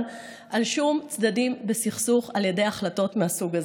על שום צד בסכסוך על ידי החלטות מהסוג הזה.